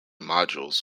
modules